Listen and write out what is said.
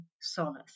solace